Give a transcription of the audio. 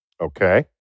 Okay